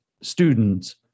students